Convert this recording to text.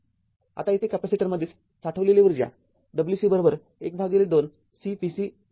आता येथे कॅपेसिटरमध्ये साठविलेली ऊर्जा Wc १२ C V C २आहे